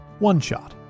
OneShot